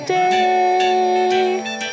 day